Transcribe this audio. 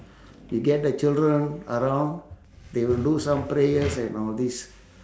you get the children around they will do some prayers and all this